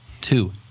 Two